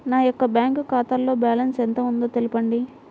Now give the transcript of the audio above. నా యొక్క బ్యాంక్ ఖాతాలో బ్యాలెన్స్ ఎంత ఉందో తెలపండి?